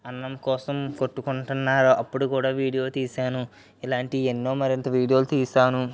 అన్నం కోసం కొట్టుకుంటున్నారు అప్పుడు కూడా వీడియో తీసాను ఇలాంటివి ఎన్నో మరింత వీడియోలు తీసాను